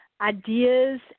ideas